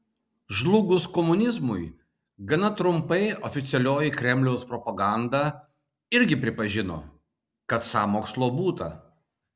žlugus komunizmui gana trumpai oficialioji kremliaus propaganda irgi pripažino kad sąmokslo būta